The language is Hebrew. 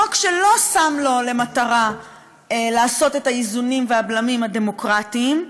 חוק שלא שם לו למטרה לעשות את האיזונים והבלמים הדמוקרטיים,